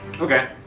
Okay